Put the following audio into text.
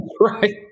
Right